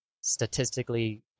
statistically